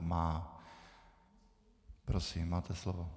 Má. Prosím, máte slovo.